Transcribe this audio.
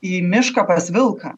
į mišką pas vilką